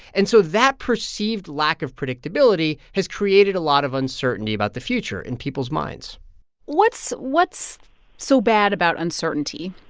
and so that perceived lack of predictability has created a lot of uncertainty about the future in people's minds what's what's so bad about uncertainty?